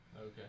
okay